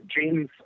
James